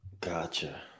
gotcha